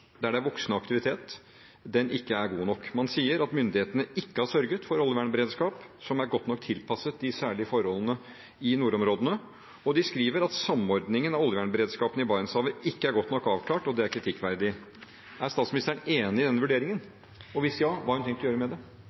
der det er voksende aktivitet, er ikke god nok. Man sier at myndighetene ikke har sørget for oljevernberedskap som er godt nok tilpasset de særlige forholdene i nordområdene, og de skriver at samordningen av oljevernberedskapen i Barentshavet ikke er godt nok avklart, og det er kritikkverdig. Er statsministeren enig i denne vurderingen, og hvis ja – hva har hun tenkt å gjøre med det?